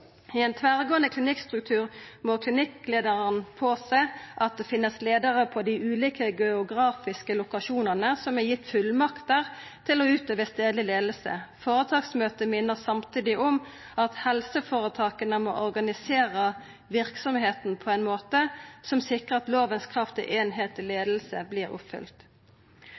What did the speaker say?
I en tverrgående klinikkstruktur må klinikklederen påse at det finnes ledere på de ulike geografiske lokasjonene som er gitt fullmakter til å utøve stedlig ledelse. Foretaksmøtet minnet samtidig om at helseforetakene må organisere virksomheten på en måte som sikrer at lovens krav til enhetlig ledelse blir oppfylt.»